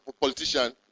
politician